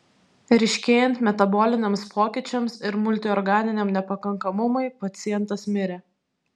ryškėjant metaboliniams pokyčiams ir multiorganiniam nepakankamumui pacientas mirė